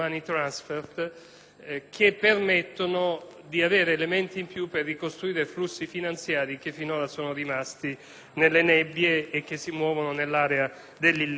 di elementi in più per ricostruire flussi finanziari che finora sono rimasti nelle nebbie e che si muovono nell'area dell'illecito. Anche il Governo auspica,